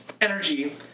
energy